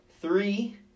Three